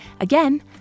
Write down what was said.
Again